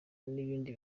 n’ibindi